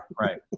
right